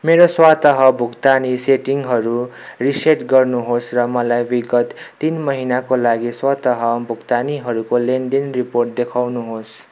मेरो स्वत भुक्तानी सेटिङहरू रिसेट गर्नु होस् र मलाई विगत तिन महिनाको लागि स्वत भुक्तानीहरूको लेनदेन रिपोर्ट देखाउनु होस्